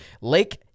Lake